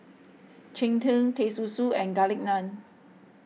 Cheng Tng Teh Susu and Garlic Naan